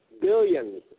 billions